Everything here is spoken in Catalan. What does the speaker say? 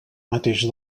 mateix